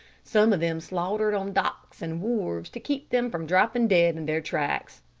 some of them slaughtered on docks and wharves to keep them from dropping dead in their tracks.